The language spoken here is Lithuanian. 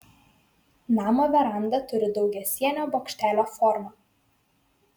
namo veranda turi daugiasienio bokštelio formą